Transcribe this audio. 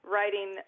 Writing